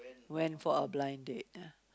went for a blind date ah